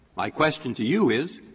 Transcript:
my question to you is,